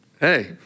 Hey